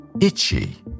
Itchy